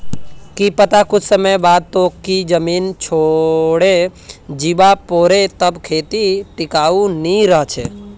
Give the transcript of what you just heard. की पता कुछ समय बाद तोक ई जमीन छोडे जीवा पोरे तब खेती टिकाऊ नी रह छे